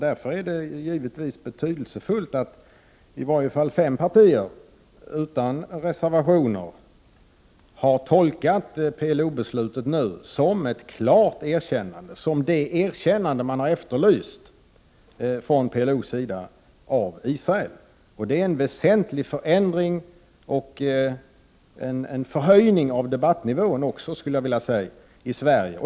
Därför är det givetvis betydelsefullt att i varje fall fem partier utan reservationer har tolkat PLO-beslutet nu som ett klart erkännande, som det erkännande från PLO:s sida av Israel som man har efterlyst. Det är en väsentlig förändring och en förhöjning, skulle jag vilja säga, av debattnivån i Sverige.